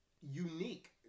unique